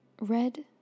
red